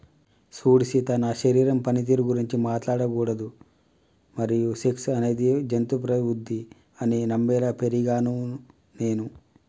సూడు సీత నా శరీరం పనితీరు గురించి మాట్లాడకూడదు మరియు సెక్స్ అనేది జంతు ప్రవుద్ది అని నమ్మేలా పెరిగినాను నేను